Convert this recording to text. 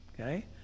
Okay